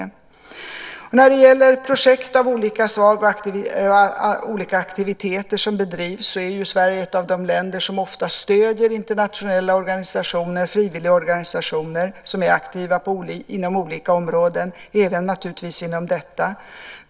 När det gäller projekt av olika slag och olika aktiviteter som bedrivs är ju Sverige ett av de länder som ofta stöder internationella organisationer och frivilligorganisationer som är aktiva inom olika områden, även naturligtvis inom detta område.